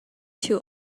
too